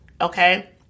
Okay